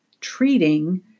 treating